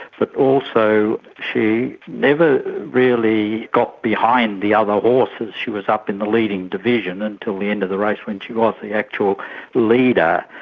but also she never really got behind the other horses, she was up in the leading division until the end of the race when she was the actual leader.